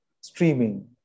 streaming